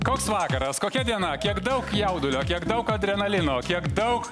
koks vakaras kokia diena kiek daug jaudulio kiek daug adrenalino kiek daug